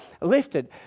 lifted